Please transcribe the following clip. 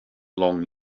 long